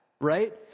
Right